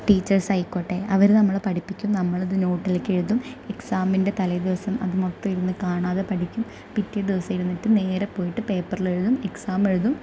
teachers ആയിക്കോട്ടെ അവർ നമ്മളെ പഠിപ്പിക്കും നമ്മൾ അത് നോട്ടിലേക്ക് എഴുതും എക്സാമിൻ്റെ തലേദിവസം അത് മൊത്തം ഇരുന്ന് കാണാതെ പഠിക്കും പിറ്റേ ദിവസം എഴുന്നേറ്റ് നേരെ പോയിട്ട് പേപ്പറിൽ എഴുതും എക്സാം എഴുതും